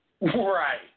Right